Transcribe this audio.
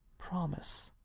promise.